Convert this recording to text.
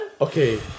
Okay